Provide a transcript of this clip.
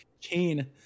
chain